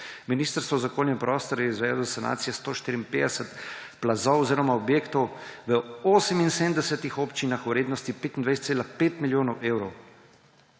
Ministrstvo za okolje in prostor je izvedlo sanacije 154 plazov oziroma objektov v 78 občinah v vrednosti 25,5 milijona evrov.